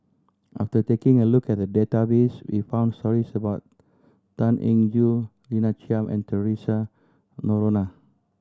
after taking a look at the database we found stories about Tan Eng Joo Lina Chiam and Theresa Noronha